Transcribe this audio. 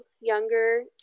younger